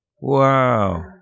Wow